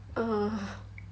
(uh huh)